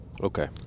Okay